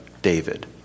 David